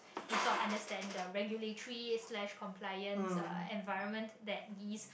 instead of understand the regulatory slash compliance uh environment that these